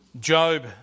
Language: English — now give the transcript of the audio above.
Job